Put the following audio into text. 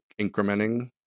incrementing